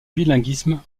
bilinguisme